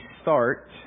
start